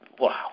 wow